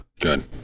Good